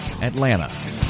atlanta